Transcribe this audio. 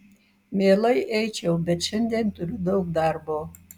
mielai eičiau bet šiandien turiu daug darbo